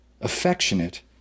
Affectionate